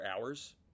hours